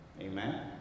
Amen